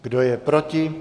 Kdo je proti?